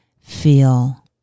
feel